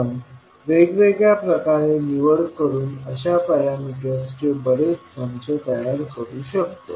आपण वेगवेगळ्या प्रकारे निवड करून अशा पॅरामीटर्सचे बरेच संच तयार करू शकतो